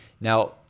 Now